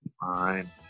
Fine